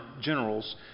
generals